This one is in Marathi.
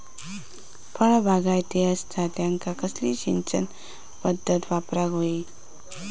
फळबागायती असता त्यांका कसली सिंचन पदधत वापराक होई?